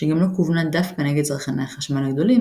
שגם לא כוונה דווקא נגד צרכני החשמל הגדולים,